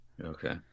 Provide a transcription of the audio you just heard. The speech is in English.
Okay